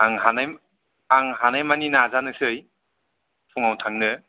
आं हानाय आं हानाय मानि नाजानोसै फुङाव थांनो